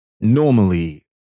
normally